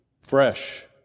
fresh